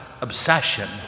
obsession